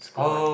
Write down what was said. scoot one